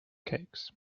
cakes